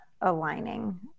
aligning